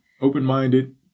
open-minded